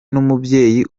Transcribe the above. n’umubyeyi